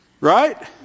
Right